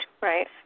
right